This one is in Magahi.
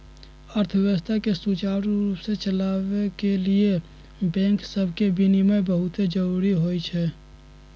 अर्थव्यवस्था के सुचारू रूप से चलाबे के लिए बैंक सभके विनियमन बहुते जरूरी होइ छइ